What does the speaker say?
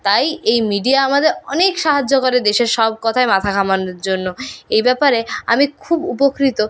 তাই এই মিডিয়া আমাদের অনেক সাহায্য করে দেশের সব কথায় মাথা ঘামানোর জন্য এই ব্যাপারে আমি খুব উপকৃত